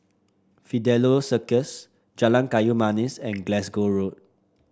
Fidelio Circus Jalan Kayu Manis and Glasgow Road